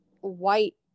white